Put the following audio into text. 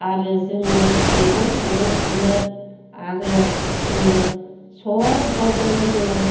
आरो जोङो मैगं थाइगं सुनो आरो जोङो सबावबो जोङो